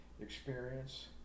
experience